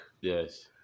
Yes